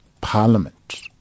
parliament